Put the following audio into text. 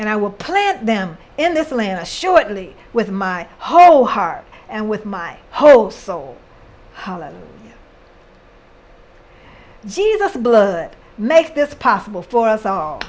and i will plant them in this land shortly with my whole heart and with my whole soul jesus blood makes this possible for us all